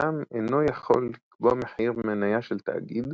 חתם אינו יכול לקבוע מחיר מניה של תאגיד